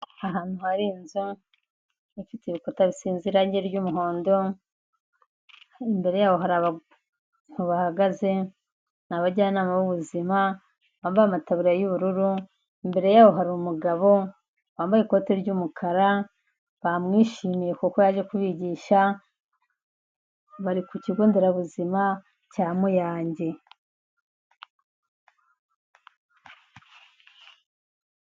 Ahantu hari inzu ifite ibikuta bisinzira irangi ry'umuhondo, imbere yabo hari abantu bahahagaze ni abajyanama b'ubuzima bambaye amatabuya y'ubururu, imbere yaho haru umugabo wambaye ikoti ry'umukara bamwishimiye kuko yaje kubigisha bari ku kigo nderabuzima cya muyange.